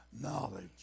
knowledge